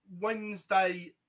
Wednesday